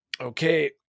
Okay